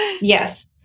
Yes